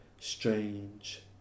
Strange